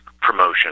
promotion